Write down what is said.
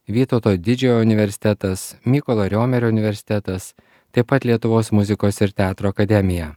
vytauto didžiojo universitetas mykolo riomerio universitetas taip pat lietuvos muzikos ir teatro akademija